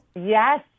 Yes